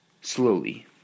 slowly